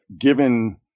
given